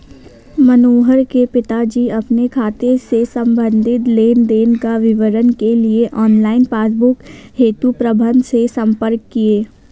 मनोहर के पिताजी अपने खाते से संबंधित लेन देन का विवरण के लिए ऑनलाइन पासबुक हेतु प्रबंधक से संपर्क किए